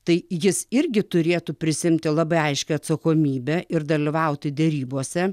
tai jis irgi turėtų prisiimti labai aiškią atsakomybę ir dalyvauti derybose